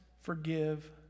forgive